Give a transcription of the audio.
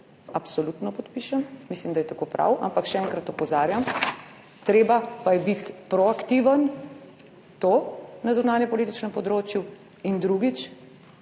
absolutno podpišem, mislim, da je tako prav, ampak še enkrat opozarjam, treba pa je biti proaktiven to na zunanjepolitičnem področju. In drugič,